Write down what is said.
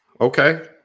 okay